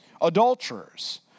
Adulterers